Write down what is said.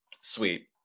Sweet